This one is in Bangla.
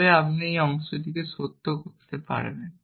তবেই আপনি এই অংশটিকে সত্য করতে পারবেন